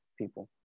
people